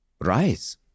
rise